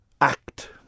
act